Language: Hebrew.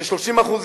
כ-30%